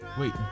Wait